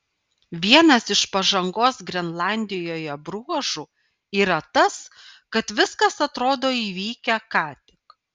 vienas iš pažangos grenlandijoje bruožų yra tas kad viskas atrodo įvykę ką tik